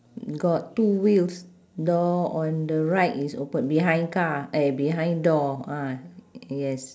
got two wheels door on the right is open behind car eh behind door ah yes